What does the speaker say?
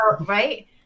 right